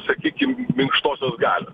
sakykim minkštosios galios